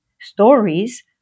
stories